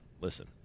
Listen